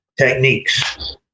techniques